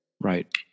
right